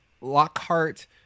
Lockhart